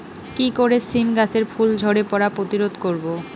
কি করে সীম গাছের ফুল ঝরে পড়া প্রতিরোধ করব?